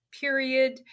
period